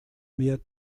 mehr